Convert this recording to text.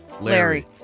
Larry